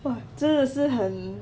!wah! 真的是很